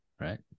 Right